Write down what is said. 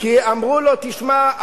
אמרו לו: תשמע,